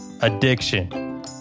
Addiction